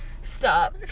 Stop